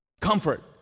comfort